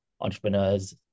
entrepreneurs